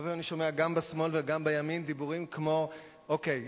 הרבה פעמים אני שומע גם בשמאל וגם בימין דיבורים כמו: אוקיי,